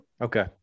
Okay